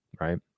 right